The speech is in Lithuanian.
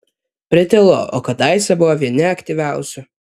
pritilo o kadaise buvo vieni aktyviausių